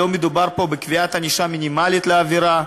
לא מדובר פה בקביעת ענישה מינימלית לעבירה,